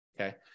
Okay